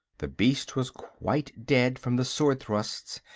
the beast was quite dead from the sword thrusts,